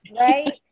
right